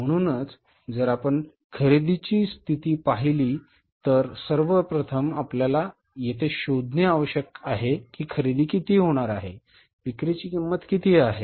म्हणूनच जर आपण खरेदीची स्थिती पाहिली तर सर्वप्रथम आपल्याला येथे शोधणे आवश्यक आहे की खरेदी किती होणार आहे विक्रीची किंमत किती आहे